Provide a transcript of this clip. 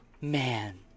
man